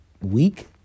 week